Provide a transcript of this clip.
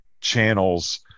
channels